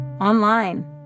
online